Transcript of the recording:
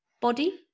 body